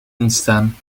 instaan